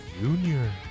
Junior